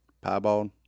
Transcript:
piebald